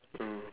mm